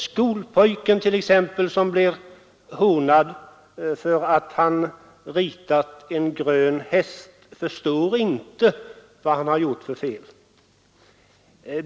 Skolpojken, som blir hånad därför att han ritat en grön häst, förstår inte vad han gjort för fel.